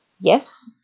Yes